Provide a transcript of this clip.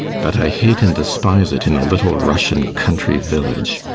but i hate and despise it in a little russian country village,